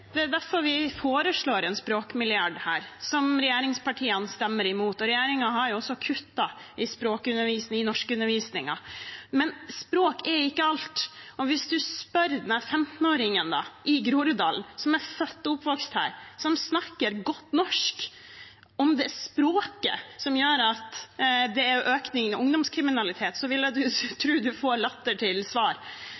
Det er derfor vi foreslår en språkmilliard, som regjeringspartiene stemmer imot. Regjeringen har også kuttet i språkundervisningen, i norskundervisningen. Men språk er ikke alt. Hvis man spør 15-åringen i Groruddalen, som er født og oppvokst her, som snakker godt norsk, om det er språket som gjør at det er økning i